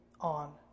on